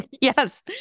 Yes